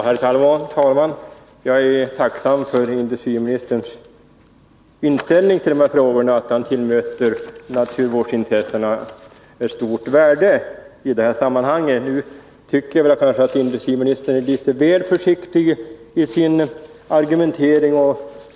Herr talman! Jag är tacksam för industriministerns inställning till de här frågorna och för att han tillmäter naturvårdsintressena stort värde i detta sammanhang. Nu tycker jag emellertid att industriministern är litet väl försiktig i sin argumentering.